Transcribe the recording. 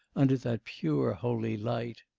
under that pure, holy light!